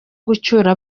gucyura